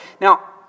Now